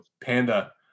Panda